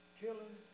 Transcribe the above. killing